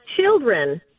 children